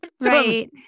Right